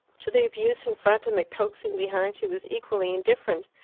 to the abuse in front and the coaxing behind she was equally indifferent.